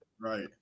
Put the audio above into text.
right